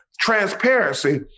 transparency